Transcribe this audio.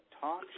talk